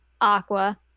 Aqua